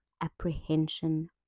apprehension